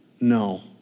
no